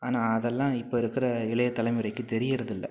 ஆனால் அதெலாம் இப்போ இருக்கிற இளையதலைமுறைக்கு தெரியிறது இல்லை